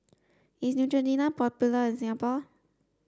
is Neutrogena popular in Singapore